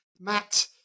Matt